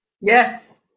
Yes